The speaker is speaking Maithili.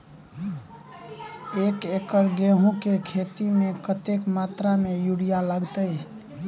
एक एकड़ गेंहूँ केँ खेती मे कतेक मात्रा मे यूरिया लागतै?